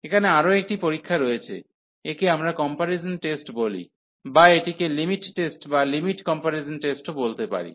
এখানে আরও একটি পরীক্ষা রয়েছে একে আমরা কম্পারিজন টেস্ট 2 বলি বা এটিকে লিমিট টেস্ট বা লিমিট কম্পারিজন টেস্টও বলতে পারি